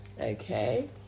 Okay